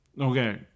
Okay